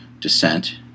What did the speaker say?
Descent